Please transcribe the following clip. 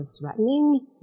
threatening